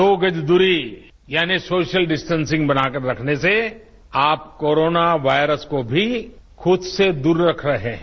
दो गज दूरी यानी सोशल डिस्टेंसिंग बनाकर रखने से आप कोरोना वायरस को भी खुद से दूर रख रहे हैं